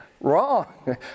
Wrong